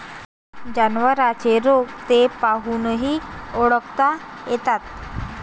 जनावरांचे रोग ते पाहूनही ओळखता येतात